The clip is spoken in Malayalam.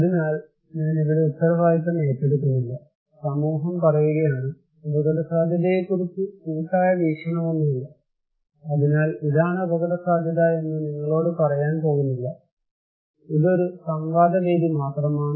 അതിനാൽ ഞാൻ ഇവിടെ ഉത്തരവാദിത്തം ഏറ്റെടുക്കുന്നില്ല സമൂഹം പറയുകയാണ് അപകടസാധ്യതയെക്കുറിച്ച് കൂട്ടായ വീക്ഷണമൊന്നുമില്ല അതിനാൽ ഇതാണ് അപകടസാധ്യത എന്ന് നിങ്ങളോട് പറയാൻ പോകുന്നില്ല ഇത് ഒരു സംവാദ വേദി മാത്രമാണ്